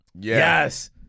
Yes